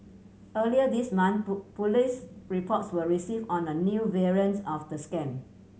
earlier this month police reports were received on a new variants of the scam